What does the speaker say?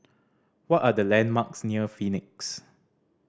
what are the landmarks near Phoenix